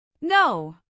No